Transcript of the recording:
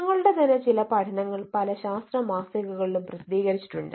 ഞങ്ങളുടെ തന്നെ ചില പഠനങ്ങൾ പല ശാസ്ത്ര മാസികകളിലും പ്രസിദ്ധീകരിച്ചിട്ടുണ്ട്